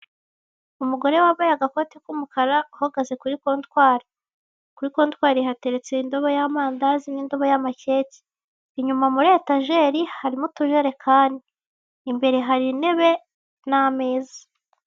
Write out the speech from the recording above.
Umugore wambaye agakote k'umukara uhagaze kuri kontwari, kuri kontwari hateretse indobo y'amandazi n'indobo y'amakeke, inyuma muri etajeri harimo utujerekani keke imbere hari intebe n'ameza.